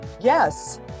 Yes